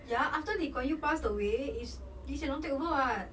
ya after lee kuan yew passed away is lee hsien long take over [what]